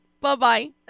Bye-bye